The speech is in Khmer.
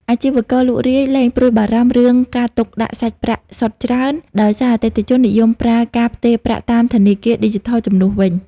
អាជីវករលក់រាយលែងព្រួយបារម្ភរឿងការទុកដាក់សាច់ប្រាក់សុទ្ធច្រើន ដោយសារអតិថិជននិយមប្រើការផ្ទេរប្រាក់តាមធនាគារឌីជីថលជំនួសវិញ។